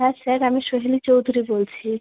হ্যাঁ স্যার আমি সজনি চৌধুরী বলছি